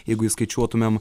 jeigu įskaičiuotumėm